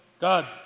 God